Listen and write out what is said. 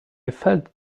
felt